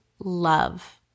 love